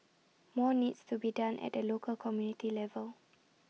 more needs to be done at the local community level